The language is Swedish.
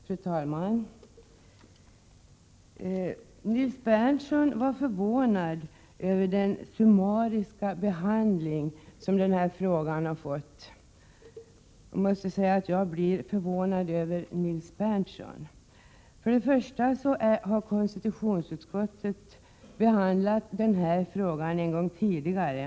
Fru talman! Nils Berndtson var förvånad över den ”summariska” behandling som den här frågan har fått. Jag måste säga att jag är förvånad över Nils Berndtsons inlägg. Konstitutionsutskottet har behandlat den här frågan en gång tidigare.